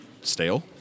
stale